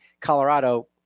Colorado